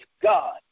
God